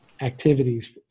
activities